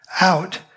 out